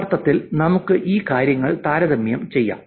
യഥാർത്ഥത്തിൽ നമുക്ക് ഈ കാര്യങ്ങൾ താരതമ്യം ചെയ്യാം